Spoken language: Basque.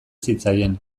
zitzaien